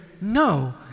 No